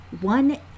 One